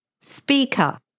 speaker